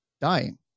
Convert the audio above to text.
dying